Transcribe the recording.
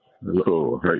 Hello